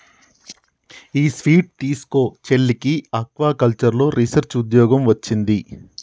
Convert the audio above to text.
ఈ స్వీట్ తీస్కో, చెల్లికి ఆక్వాకల్చర్లో రీసెర్చ్ ఉద్యోగం వొచ్చింది